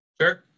sure